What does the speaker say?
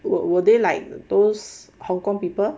were were they like those hong kong people